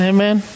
Amen